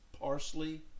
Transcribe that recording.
parsley